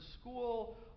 school